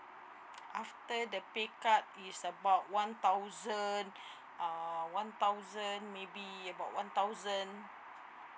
after the pay cut is about one thousand uh one thousand maybe about one thousand